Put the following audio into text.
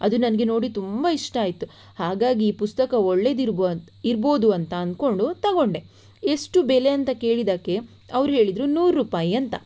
ಅದು ನನಗೆ ನೋಡಿ ತುಂಬ ಇಷ್ಟ ಆಯಿತು ಹಾಗಾಗಿ ಈ ಪುಸ್ತಕ ಒಳ್ಳೆದಿರ್ಬ ಇರಬಹುದು ಅಂತ ಅನ್ಕೊಂಡು ತಗೊಂಡೆ ಎಷ್ಟು ಬೆಲೆ ಅಂತ ಕೇಳಿದ್ದಕ್ಕೆ ಅವರು ಹೇಳಿದರು ನೂರು ರೂಪಾಯಿ ಅಂತ